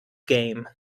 game